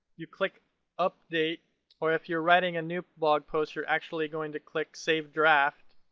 you click update or if you're writing a new blog post you're actually going to click save draft.